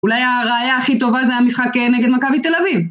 אולי הראיה הכי טובה זה המשחק נגד מכבי תל אביב.